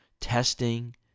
testing